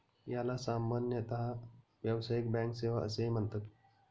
याला सामान्यतः व्यावसायिक बँक सेवा असेही म्हणतात